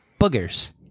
Boogers